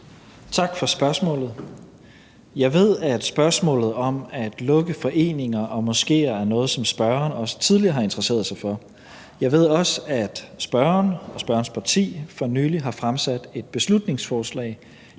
Tak for spørgsmålet. Jeg ved, at spørgsmålet om at lukke foreninger og moskéer er noget, som spørgeren også tidligere har interesseret sig for. Jeg ved også, at spørgeren og spørgerens parti for nylig har fremsat et beslutningsforslag,